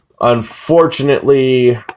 unfortunately